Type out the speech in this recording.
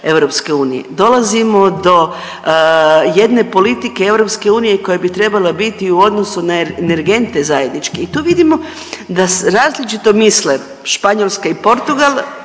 zadaća EU. Dolazimo do jedne politike EU koja bi trebala biti u odnosu na energente zajednički. I tu vidimo da različito misle Španjolska i Portugal